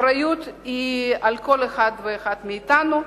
האחריות היא על כל אחד ואחד מאתנו.